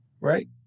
right